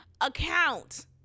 account